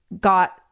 got